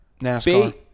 NASCAR